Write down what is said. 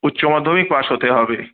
উচ্চ মাধ্যমিক পাশ হতে হবে